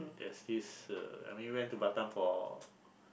there's this uh I mean went to Batam for